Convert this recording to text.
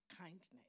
kindness